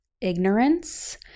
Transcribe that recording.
ignorance